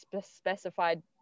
specified